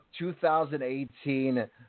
2018